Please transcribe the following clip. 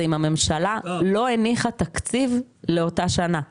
זה אם הממשלה לא הניחה תקציב לאותה שנה.